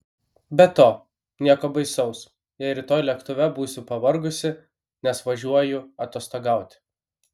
be to nieko baisaus jei rytoj lėktuve būsiu pavargusi nes važiuoju atostogauti